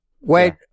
Wait